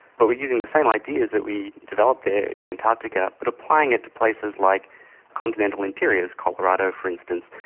but we're using the same ideas that we developed there in antarctica but applying it to places like continental interiors, colorado for instance,